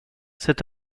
cet